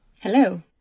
Hello